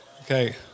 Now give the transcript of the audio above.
Okay